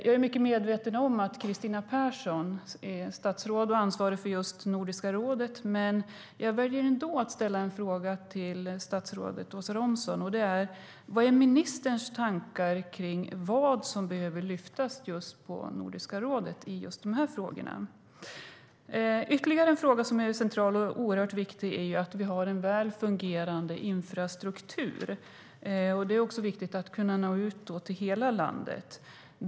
Jag är mycket medveten om att statsrådet Kristina Persson är ansvarig för just Nordiska rådet, men jag väljer ändå att ställa en fråga till statsrådet Åsa Romson: Vad är ministerns tankar om vad som behöver lyftas fram på Nordiska rådet? Ytterligare en fråga som är central och oerhört viktig är att vi har en väl fungerande infrastruktur. Det är viktigt att kunna nå ut till hela landet.